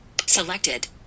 Selected